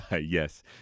Yes